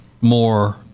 more